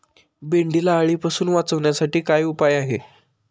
भेंडीला अळीपासून वाचवण्यासाठी काय उपाय आहे?